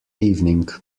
evening